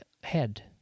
head